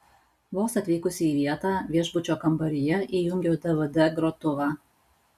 vos atvykusi į vietą viešbučio kambaryje įjungiau dvd grotuvą